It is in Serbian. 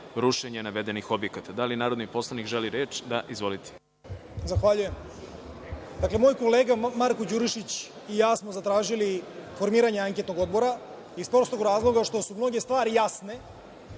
rušenje navedenih objekata. Da li narodni poslanik želi reč? (Da.)Izvolite. **Balša Božović** Zahvaljujem. Dakle, moj kolega Marko Đurišić i ja smo zatražili formiranje Anketnog odbora iz prostog razloga što su mnoge stvari jasne,